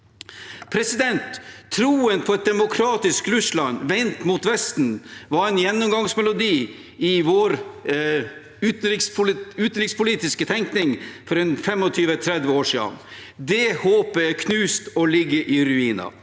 politikk. Troen på et demokratisk Russland vendt mot Vesten var en gjennomgangsmelodi i vår utenrikspolitiske tenkning for 25–30 år siden. Det håpet er knust og ligger i ruiner.